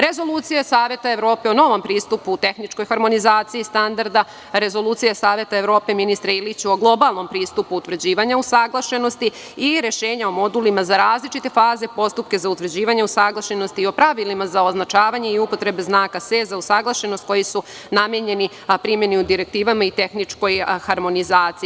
Rezolucija Saveta Evrope o novom pristupu tehničkoj harmonizaciji standarda Rezolucije Saveta Evrope, ministre Iliću, o globalnom pristupu utvrđivanja usaglašenosti i rešenja o modulima za različite faze, postupke za utvrđivanje usaglašenosti i o pravilima za označavanje i upotrebu znaka SE za usaglašenost, koji su namenjeni primeni u direktivama i tehničkoj harmonizaciji.